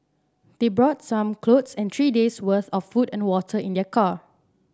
they brought some clothes and three days' worth of food and water in their car